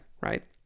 right